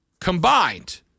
combined